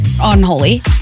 Unholy